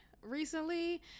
recently